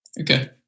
Okay